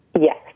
Yes